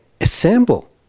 assemble